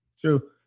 true